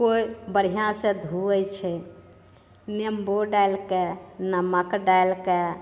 केओ बढ़िआँ से धोवै छै नेम्बो डालिके नमक डालिके